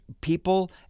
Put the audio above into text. people